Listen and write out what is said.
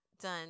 done